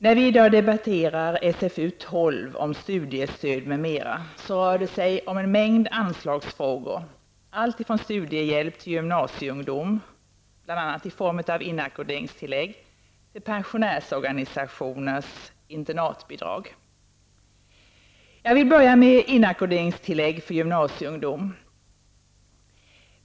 När vi i dag debatterar SfU12 om studiestöd m.m. rör det sig om en mängd anslagsfrågor alltifrån studiehjälp till gymnasieungdom, bl.a. i form av inackorderingstillägg, till pensionärsorganisationers internatbidrag. Jag vill börja med inackorderingstillägg för gymnasieungdom.